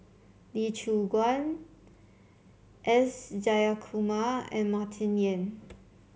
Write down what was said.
Lee Choon Guan S Jayakumar and Martin Yan